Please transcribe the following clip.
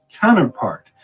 Counterpart